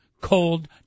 cold